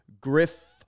griff